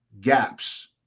gaps